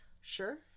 sure